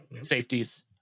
Safeties